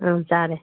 ꯑꯥ ꯆꯥꯔꯦ